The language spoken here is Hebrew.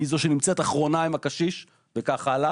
היא האחרונה שנמצאת עם הקשיש וכך הלאה